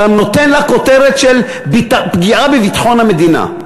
אתה נותן לה כותרת של פגיעה בביטחון המדינה.